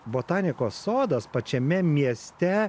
botanikos sodas pačiame mieste